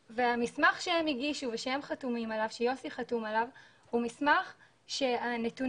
והמסמך שהם הגישו ושיוסי חתום עליו הוא מסמך שהנתונים